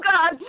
God